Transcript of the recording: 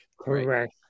Correct